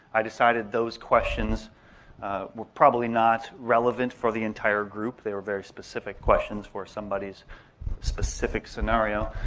i decided those questions were provably not relevant for the entire group. they were very specific questions for somebody's specific scenario.